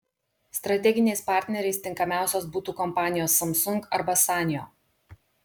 strateginiais partneriais tinkamiausios būtų kompanijos samsung arba sanyo